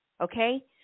Okay